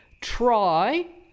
try